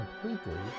completely